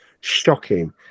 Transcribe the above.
shocking